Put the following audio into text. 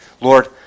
Lord